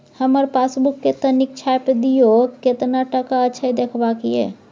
हमर पासबुक के तनिक छाय्प दियो, केतना टका अछि देखबाक ये?